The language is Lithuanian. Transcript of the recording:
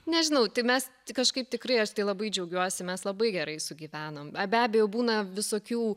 nežinau tai mes kažkaip tikrai aš tai labai džiaugiuosi mes labai gerai sugyvenom be abejo būna visokių